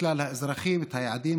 לכלל האזרחים את היעדים,